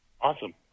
Awesome